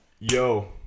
Yo